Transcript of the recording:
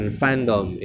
fandom